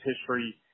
history